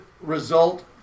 result